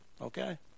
Okay